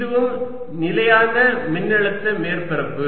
இதுவும் நிலையான மின்னழுத்த மேற்பரப்பு